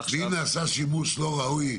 ואם נעשה שימוש לא ראוי,